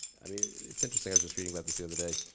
i mean it's interesting, i was just reading about this the other day,